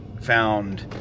found